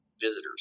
visitors